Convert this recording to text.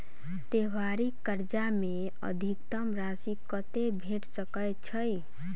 त्योहारी कर्जा मे अधिकतम राशि कत्ते भेट सकय छई?